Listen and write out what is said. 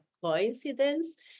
coincidence